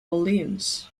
orleans